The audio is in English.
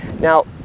Now